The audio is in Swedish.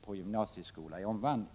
med en gymnasieskola i omvandling.